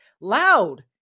loud